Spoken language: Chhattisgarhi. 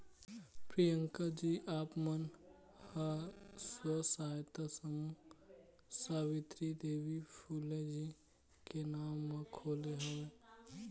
प्रियंकाजी आप मन ह स्व सहायता समूह सावित्री देवी फूले जी के नांव म खोले हव